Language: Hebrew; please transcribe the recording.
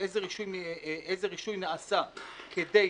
ואיזה רישוי נעשה כדי